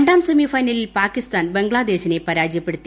Ram semi ഫൈനലിൽ പാകിസ്ഥാൻ ബംഗ്ലാദേശിനെ പരാജയപ്പെടുത്തി